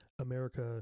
America